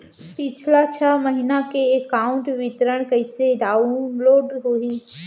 पिछला छः महीना के एकाउंट विवरण कइसे डाऊनलोड होही?